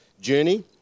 journey